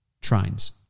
trains